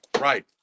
Right